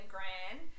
Grand